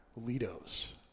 Lido's